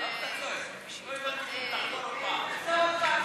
תודה רבה.